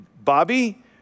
Bobby